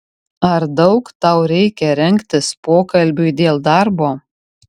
ar daug tau reikia rengtis pokalbiui dėl darbo